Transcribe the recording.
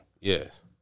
yes